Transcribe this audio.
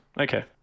Okay